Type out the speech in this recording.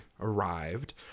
arrived